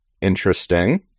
Interesting